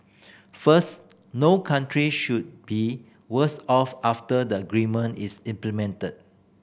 first no country should be worse off after the agreement is implemented